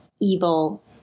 evil